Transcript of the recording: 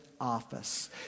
office